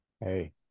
Hey